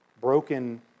broken